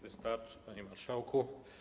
Wystarczy, panie marszałku.